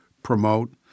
promote